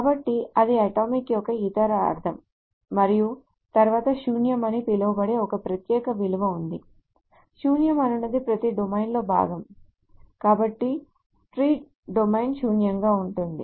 కాబట్టి అది అటామిక్ యొక్క ఇతర అర్ధం మరియు తరువాత null అని పిలువబడే ఒక ప్రత్యేక విలువ ఉంది null అనునది ప్రతి డొమైన్లో భాగం కాబట్టి Street డొమైన్ శూన్యంగా ఉంటుంది